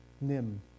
Nim